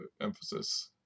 emphasis